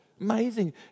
Amazing